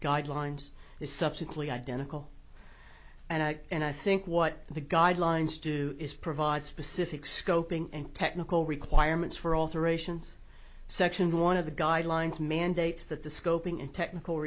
guidelines is subsequently identical and i think what the guidelines do is provide specific scoping and technical requirements for alterations section one of the guidelines mandates that the scoping in technical